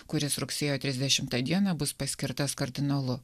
kuris rugsėjo trisdešimtą dieną bus paskirtas kardinolu